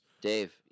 Dave